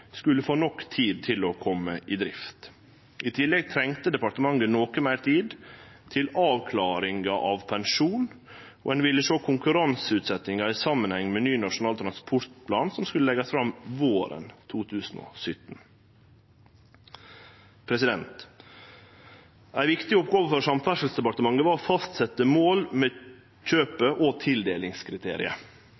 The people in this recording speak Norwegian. skulle få nok tid til å kome i drift. I tillegg trong departementet noko meir tid til avklaringar av pensjon, og ein ville sjå konkurranseutsetjinga i samanheng med ny Nasjonal transportplan som skulle leggjast fram våren 2017. Ei viktig oppgåve for Samferdselsdepartementet var å fastsetje mål med